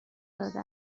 داده